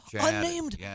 Unnamed